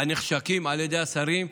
הנחשקים על ידי השרים,